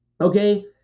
Okay